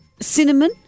Cinnamon